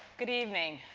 good evening.